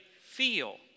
feel